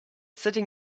sitting